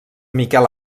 miquel